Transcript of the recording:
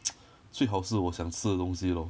最好是我想吃的东西 lor